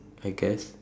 I guess